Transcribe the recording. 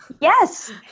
Yes